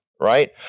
right